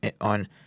on